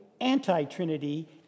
anti-Trinity